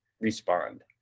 respond